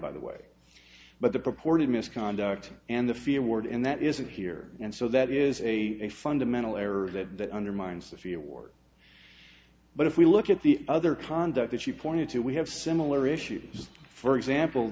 by the way but the purported misconduct and the fear ward and that isn't here and so that is a fundamental error that undermines the fia ward but if we look at the other conduct that you pointed to we have similar issues for example